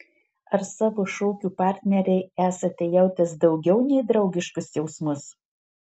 ar savo šokių partnerei esate jautęs daugiau nei draugiškus jausmus